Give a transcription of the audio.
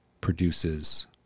produces